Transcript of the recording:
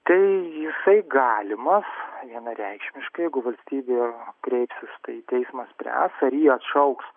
tai jisai galimas vienareikšmiškai jeigu valstybė kreipsis tai teismas spręs ar jį atšauks